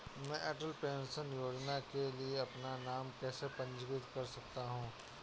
मैं अटल पेंशन योजना के लिए अपना नाम कैसे पंजीकृत कर सकता हूं?